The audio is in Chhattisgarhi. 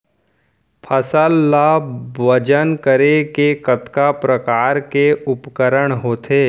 फसल ला वजन करे के कतका प्रकार के उपकरण होथे?